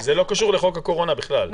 זה לא קשור לחוק הקורונה בכלל.